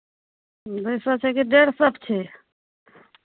दू सए छै कि डेढ़ सए छै